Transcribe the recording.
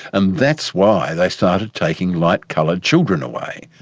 and that's why they started taking light-coloured children away.